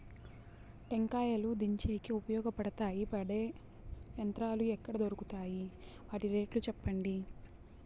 టెంకాయలు దించేకి ఉపయోగపడతాయి పడే యంత్రాలు ఎక్కడ దొరుకుతాయి? వాటి రేట్లు చెప్పండి?